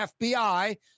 FBI